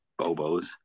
Bobos